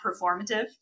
performative